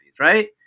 right